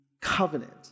covenant